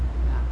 ya